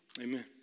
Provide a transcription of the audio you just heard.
Amen